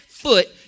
Foot